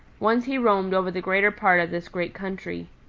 once he roamed over the greater part of this great country.